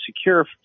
secure